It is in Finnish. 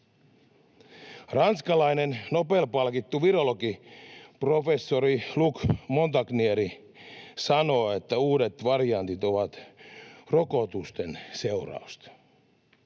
Ranskalainen Nobel-palkittu virologi, professori Luc Montagnier sanoo, että uudet variantit ovat rokotusten seurausta.